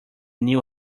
knew